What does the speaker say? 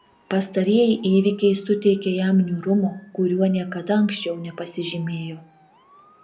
pastarieji įvykiai suteikė jam niūrumo kuriuo niekada anksčiau nepasižymėjo